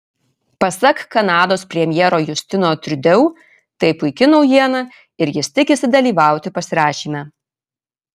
pasak kanados premjero justino trudeau tai puiki naujiena ir jis tikisi dalyvauti pasirašyme